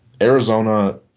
Arizona